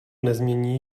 nezmění